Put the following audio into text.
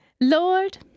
Lord